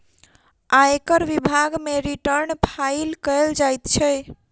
आयकर विभाग मे रिटर्न फाइल कयल जाइत छै